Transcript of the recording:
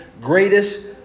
greatest